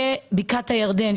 ובקעת הירדן,